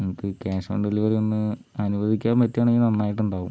നിങ്ങൾക്ക് cash on delivery ഒന്ന് അനുവദിക്കാൻ പറ്റുവാണെങ്കിൽ നന്നായിട്ടുണ്ടാവും